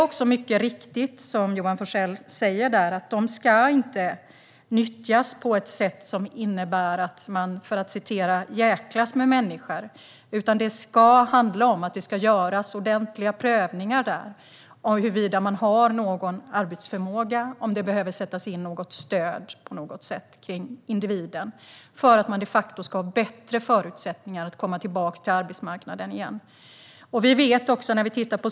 Precis som Johan Forsell säger ska prövningarna inte nyttjas på ett sätt som innebär att man "jäklas" med människor. Det handlar om att göra ordentliga prövningar av om individen har någon arbetsförmåga och om det behöver sättas in något stöd för att denne ska få bättre förutsättningar att komma tillbaka till arbetsmarknaden.